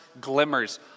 glimmers